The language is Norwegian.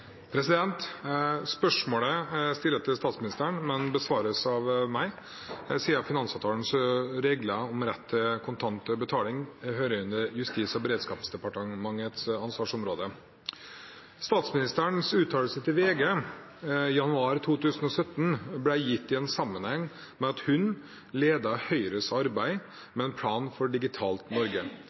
Spørsmålet er stilet til statsministeren, men besvares av meg, siden finansavtalelovens regler om rett til kontant betaling hører inn under Justis- og beredskapsdepartementets ansvarsområde. Statsministerens uttalelse til VG i januar 2017 ble gitt i en sammenheng der hun ledet Høyres arbeid med en plan for et digitalt Norge, som i all hovedsak handlet om hvordan Norge